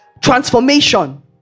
transformation